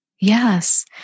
Yes